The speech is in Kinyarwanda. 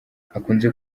akunze